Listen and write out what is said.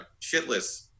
shitless